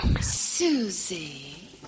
Susie